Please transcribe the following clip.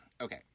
okay